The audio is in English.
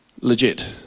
Legit